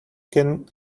can